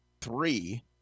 three